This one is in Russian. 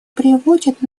приводят